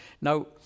Now